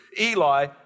Eli